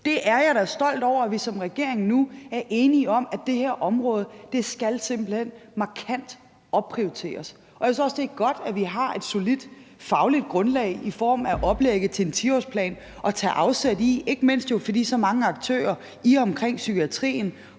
jeg er da stolt over, at vi som regering nu er enige om, at det her område simpelt hen skal opprioriteres markant. Jeg synes også, det er godt, at vi har et solidt, fagligt grundlag i form af oplægget til en 10-årsplan at tage afsæt i, ikke mindst jo fordi så mange aktører i og omkring psykiatrien